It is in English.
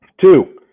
Two